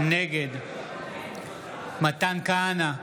נגד מתן כהנא,